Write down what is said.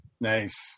Nice